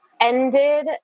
ended